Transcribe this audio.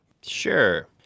sure